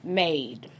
made